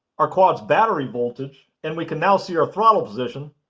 our quad's battery voltage, and we can now see our throttle position